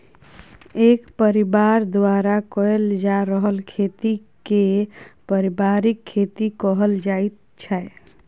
एक परिबार द्वारा कएल जा रहल खेती केँ परिबारिक खेती कहल जाइत छै